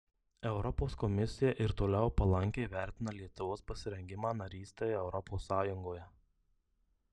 europos komisija ir toliau palankiai vertina lietuvos pasirengimą narystei europos sąjungoje